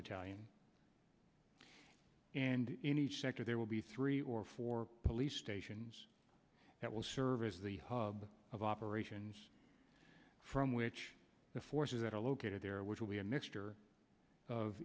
battalion and in each sector there will be three or four police stations that will serve as the hub of operations from which the forces that are located there will be a mixture of